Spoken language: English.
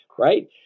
right